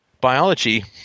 biology